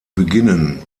beginnen